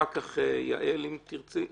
אחר כך יעל, אם תרצי.